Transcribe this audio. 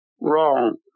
wrong